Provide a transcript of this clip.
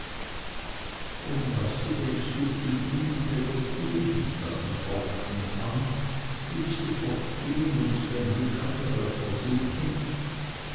und was gedenkst du zu tun peggotty und ich sah sie forschend an willst du fortgehen und dein glück anderwärts versuchen